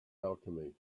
alchemy